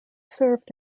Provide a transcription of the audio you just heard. served